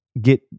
get